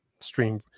stream